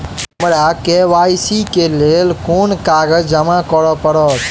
हमरा के.वाई.सी केँ लेल केँ कागज जमा करऽ पड़त?